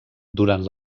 durant